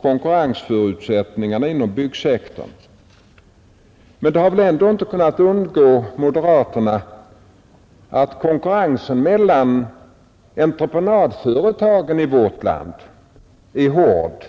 konkurrensförutsättningarna inom byggsektorn. Men det har väl ändå inte kunnat undgå moderaterna att konkurrensen mellan entreprenadföretagen i vårt land är hård.